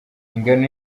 ingano